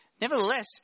nevertheless